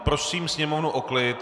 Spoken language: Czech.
Prosím sněmovnu o klid!